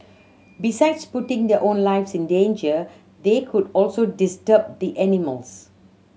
besides putting their own lives in danger they could also disturb the animals